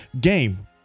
game